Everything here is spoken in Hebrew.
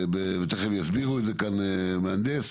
ותיכף יסביר את זה כאן מהנדס